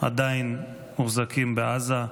עדיין מוחזקים בעזה,